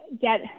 get